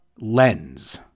lens